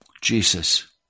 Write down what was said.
Jesus